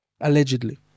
allegedly